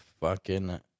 fucking-